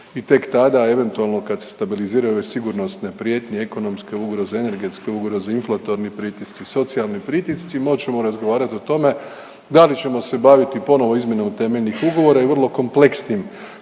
i tek tada eventualno kad se stabiliziraju ove sigurnosne prijetnje, ekonomske ugroze, energetske ugroze, inflatorni pritisci, socijalni pritisci, moći ćemo razgovarati o tome da li ćemo se baviti ponovo izmjenom temeljnih ugovora i vrlo kompleksnim